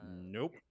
Nope